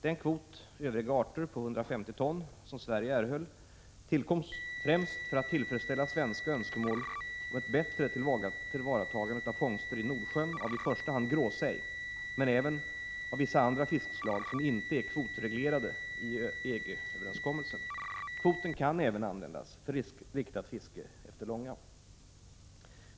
Den kvot, ”övriga arter”, på 150 ton, som Sverige erhöll tillkom främst för att tillfredsställa svenska önskemål om ett bättre tillvaratagande av fångster i Nordsjön av i första hand gråsej men även av vissa andra fiskslag som inte är kvotreglerade i EG-överenskommelsen. Kvoten kan även användas för riktat fiske efter långa.